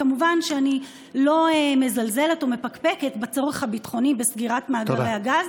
כמובן שאני לא מזלזלת או מפקפקת בצורך הביטחוני בסגירת מאגרי הגז,